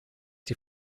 die